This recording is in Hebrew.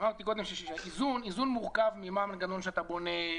אמרתי קודם שאיזון מורכב ממה המנגנון שאתה בונה,